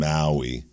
Maui